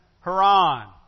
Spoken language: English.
Haran